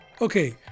Okay